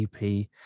ep